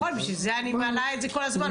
בשביל זה אני מעלה את זה כל הזמן.